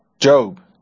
Job